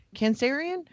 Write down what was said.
cancerian